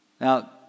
Now